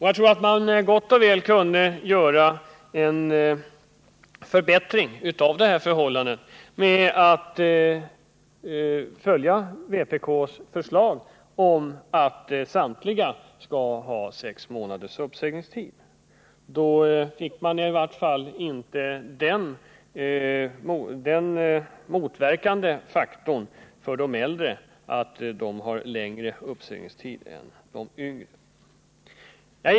Jag tror att man gott och väl kunde förbättra förhållandena genom att följa vpk:s förslag att samtliga skall ha sex månaders uppsägningstid. Då kommer man ifrån effekten att de äldre har längre uppsägningstid än de yngre, vilket motverkar syftet med lagen.